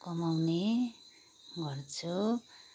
कमाउने गर्छु